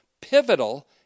pivotal